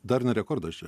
dar ne rekordas čia